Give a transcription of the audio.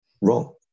Wrong